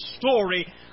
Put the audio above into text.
story